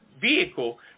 vehicle